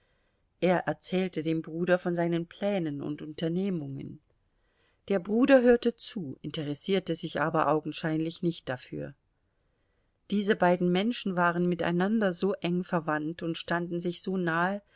er erzählte dem bruder von seinen plänen und unternehmungen der bruder hörte zu interessierte sich aber augenscheinlich nicht dafür diese beiden menschen waren miteinander so eng verwandt und standen sich so nahe